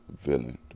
villain